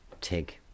Tig